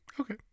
Okay